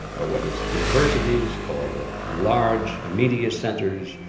or whether it's universities or the large media centers,